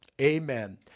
amen